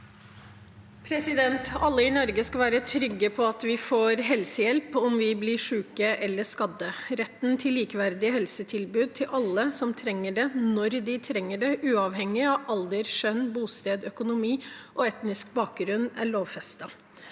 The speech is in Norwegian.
Alle i Norge skal være trygge på at vi får helsehjelp om vi blir syke eller skadde. Retten til likeverdig helsetilbud til alle som trenger det, når de trenger det, uavhengig av alder, kjønn, bosted, økonomi og etnisk bakgrunn, er lovfestet.